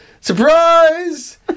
Surprise